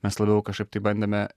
mes labiau kažkaip tai bandėme